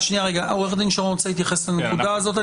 עוה"ד שרון רוצה להתייחס לנקודה הזאת.